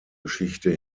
geschichte